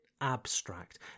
abstract